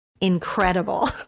incredible